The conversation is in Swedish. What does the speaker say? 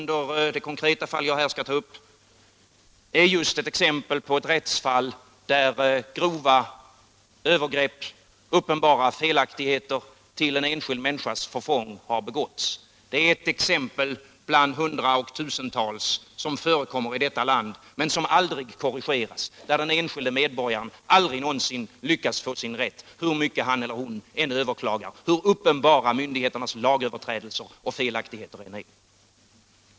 Det konkreta fall jag skall ta upp är just ett rättsfall där grova övergrepp och uppenbara felaktigheter till en enskild människas förfång har begåtts. Det är ett exempel bland hundraoch tusentals sådana felaktigheter som förekommer här i landet och som aldrig korrigeras, där den enskilde medborgaren aldrig någonsin lyckas få sin rätt, hur mycket han eller hon än överklagar och hur uppenbara myndigheternas lagöverträdelser och felaktigheter än är.